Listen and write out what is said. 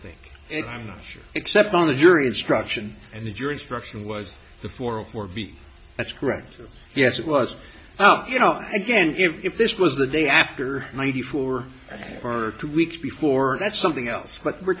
think and i'm not sure except on the jury instruction and the jury instruction was the four zero four b that's correct yes it was you know again if this was the day after ninety four for two weeks before that's something else but we're